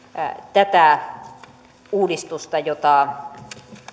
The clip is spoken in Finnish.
tätä uudistusta jota